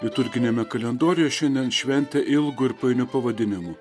liturginiame kalendoriuje šiandien šventė ilgu ir painiu pavadinimu